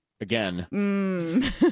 again